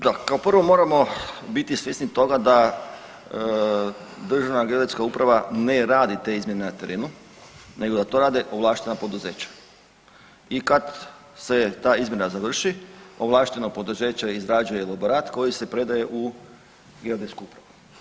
Da, kao prvo, moramo bit svjesni toga da Državna geodetska uprava ne radi te izmjene na terenu nego da to rade ovlaštena poduzeća i kad se ta izmjera završi, ovlašteno poduzeće izrađuje elaborat koji se predaje u Geodetsku upravu.